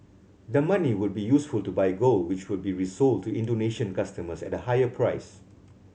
the money would be useful to buy gold which would be resold to Indonesian customers at a higher price